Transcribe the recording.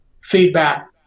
feedback